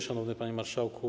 Szanowny Panie Marszałku!